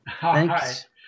Thanks